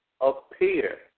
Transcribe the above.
appear